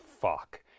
fuck